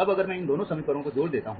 अब अगर मैं इन दो समीकरणों को जोड़ दूं